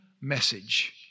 message